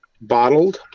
bottled